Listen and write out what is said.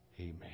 Amen